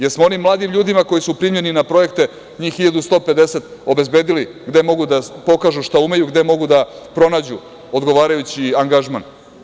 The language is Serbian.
Jesmo li onim mladim ljudima koji su primljeni na projekte njih 1.150 obezbedili gde mogu da pokažu šta umeju, gde mogu da pronađu odgovarajući angažman?